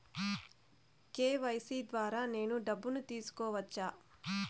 KYC ద్వారా నేను డబ్బును తీసుకోవచ్చా?